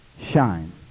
shine